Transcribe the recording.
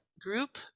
group